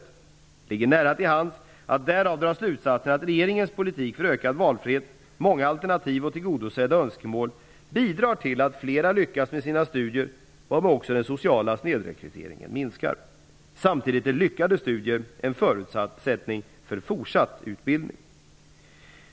Det ligger nära till hands att därav dra slutsatsen att regeringens politik för ökad valfrihet, många alternativ och tillgodosedda önskemål bidrar till att flera lyckas med sina studier, varigenom också den sociala snedrekryteringen minskar. Samtidigt är lyckade studier en förutsättning för fortsatt utbildning.